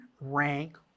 rank